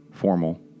Formal